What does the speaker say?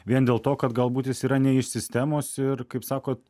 vien dėl to kad galbūt jis yra ne iš sistemos ir kaip sakot